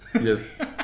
Yes